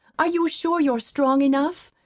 are you sure you are strong enough?